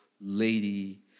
lady